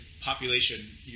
population